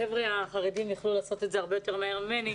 החבר'ה החרדים יכלו לעשות את זה הרבה יותר מהר ממני,